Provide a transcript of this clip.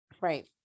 Right